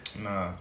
Nah